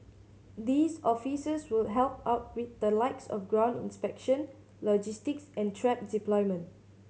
these officers will help out with the likes of ground inspection logistics and trap deployment